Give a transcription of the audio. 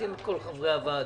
נחתים את כל חברי הוועדה.